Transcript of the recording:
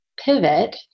pivot